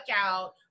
out